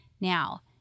Now